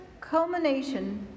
culmination